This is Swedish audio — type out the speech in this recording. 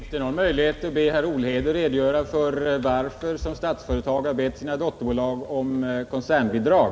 Herr talman! Finns det någon möjlighet att be herr Olhede redogöra för varför Statsföretag har bett sina dotterföretag om koncernbidrag?